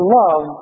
love